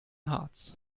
harz